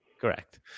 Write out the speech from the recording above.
Correct